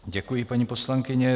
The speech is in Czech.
Děkuji, paní poslankyně.